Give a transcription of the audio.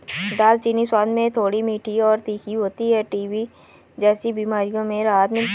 दालचीनी स्वाद में थोड़ी मीठी और तीखी होती है टीबी जैसी बीमारियों में राहत मिलती है